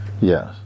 Yes